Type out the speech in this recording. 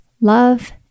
love